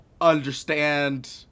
understand